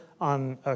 on